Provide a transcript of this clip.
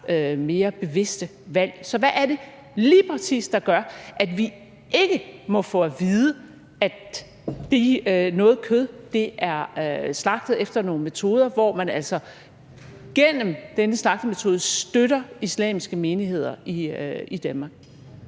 mere bevidste valg. Så hvad er det lige præcis, der gør, at vi ikke må få at vide, at noget kød er slagtet efter nogle metoder, hvor man altså gennem denne slagtemetode støtter islamiske menigheder i Danmark?